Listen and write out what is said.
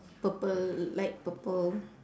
purple light purple